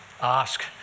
ask